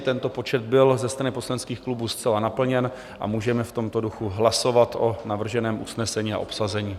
Tento počet byl ze strany poslaneckých klubů zcela naplněn a můžeme v tomto duchu hlasovat o navrženém usnesení na obsazení.